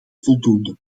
voldoende